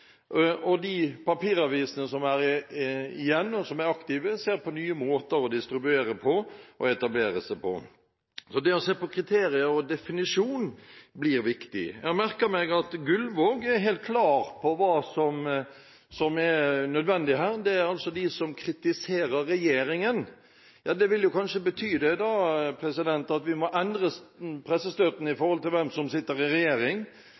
inn. De papiravisene som er igjen, og som er aktive, ser på nye måter å distribuere og etablere seg på. Det å se på kriterier og definisjon blir viktig. Jeg har merket meg at representanten Gullvåg er helt klar på hva som er nødvendig her. Det er de som kritiserer regjeringen. Det vil kanskje bety at vi må endre pressestøtten etter hvem som sitter i regjering.